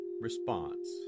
response